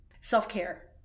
Self-care